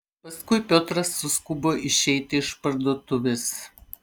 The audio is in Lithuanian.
paskui piotras suskubo išeiti iš parduotuvės